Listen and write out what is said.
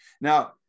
Now